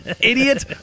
idiot